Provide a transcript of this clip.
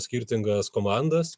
skirtingas komandas